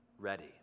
ready